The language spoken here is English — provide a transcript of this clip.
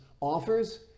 offers